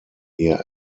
here